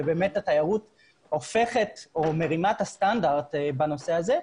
ובאמת התיירות מרימה את הסטנדרט בנושא הזה.